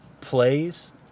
plays